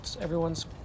everyone's